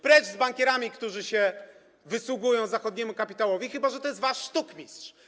Precz z bankierami, którzy się wysługują zachodniemu kapitałowi - chyba że to jest wasz sztukmistrz.